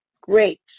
great